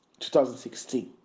2016